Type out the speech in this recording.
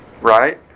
right